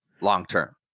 long-term